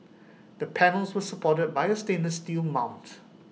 the panels were supported by A stainless steel mount